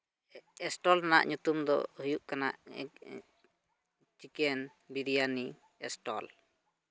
stall ᱨᱮᱱᱟᱜ ᱧᱩᱛᱩᱢ ᱫᱚ ᱦᱩᱭᱩᱜ ᱠᱟᱱᱟ ᱪᱤᱠᱮᱱ ᱵᱤᱨᱭᱟᱱᱤ ᱥᱴᱚᱞ